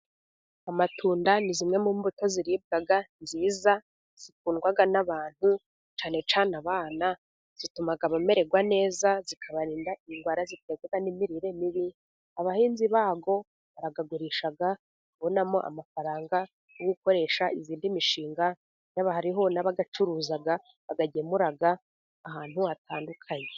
Amatunda ni zimwe mu mbuto ziribwa nziza zikundwa n'abantu, cyane cyane abana zituma bamererwa neza zikabarinda indwara ziterwa n'imirire mibi, abahinzi bazo barayagurisha bakabonamo amafaranga yo gukoresha indi mishinga yabo, hariho n'abayacuruza bayagemura ahantu hatandukanye.